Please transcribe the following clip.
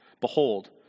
Behold